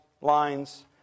lines